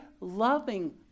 loving